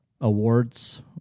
Awards